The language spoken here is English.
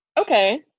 okay